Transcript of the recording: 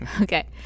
Okay